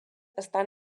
estan